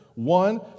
One